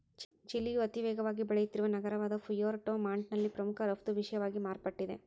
ಚಿಲಿಯ ಅತಿವೇಗವಾಗಿ ಬೆಳೆಯುತ್ತಿರುವ ನಗರವಾದಪುಯೆರ್ಟೊ ಮಾಂಟ್ನಲ್ಲಿ ಪ್ರಮುಖ ರಫ್ತು ವಿಷಯವಾಗಿ ಮಾರ್ಪಟ್ಟಿದೆ